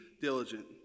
diligent